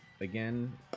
again